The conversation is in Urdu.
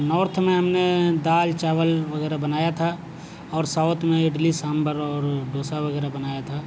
نارتھ میں ہم نے دال چاول وغیرہ بنایا تھا اور ساؤتھ میں اڈلی سامبھر اور ڈوسا وغیرہ بنایا تھا